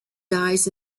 dies